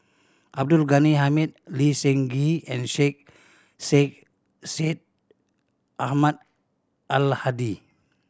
Abdul Ghani Hamid Lee Seng Gee and Sheikh Syed Syed Ahmad Al Hadi